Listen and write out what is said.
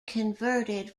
converted